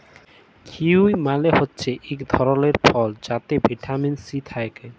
kiwi মালে হছে ইক ধরলের ফল যাতে ভিটামিল সি থ্যাকে